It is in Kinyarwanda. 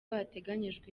hateganyijwe